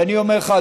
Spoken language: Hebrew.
ואני אומר לך,